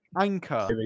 Anchor